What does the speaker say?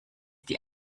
die